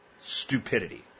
stupidity